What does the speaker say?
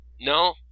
No